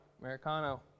Americano